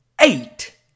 Eight